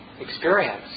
experience